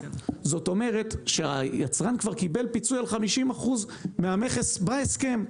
זאת אומרת שהיצרן כבר קיבל פיצוי על 50% מהמכס בהסכם,